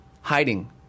hiding